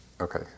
okay